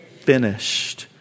finished